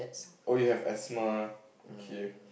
oh you have asthma okay